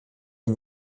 den